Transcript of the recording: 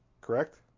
Correct